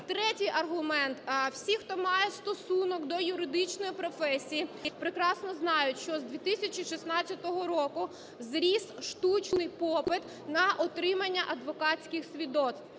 Третій аргумент. Всі, хто мають стосунок до юридичної професії, прекрасно знають, що з 2016 року зріс штучний попит на отримання адвокатських свідоцтв.